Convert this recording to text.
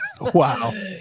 wow